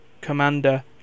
commander